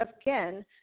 again